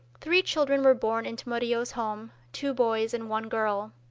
three children were born into murillo's home, two boys and one girl.